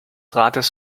rates